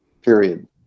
Period